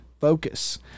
focus